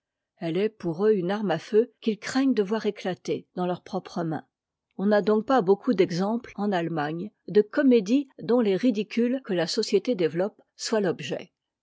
elle est pour eux une arme à feu qu'ils craignent de voir éclater dans leurs propres mains on n'a donc pas beaucoup d'exemples en allemagne de comédies dont les ridicules que la société développe soient l'objet